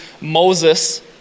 Moses